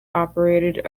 operated